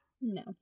No